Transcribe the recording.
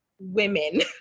women